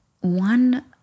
One